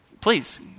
please